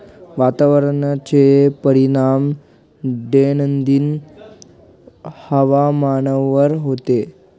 वातावरणाचा परिणाम दैनंदिन हवामानावर होतो